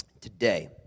today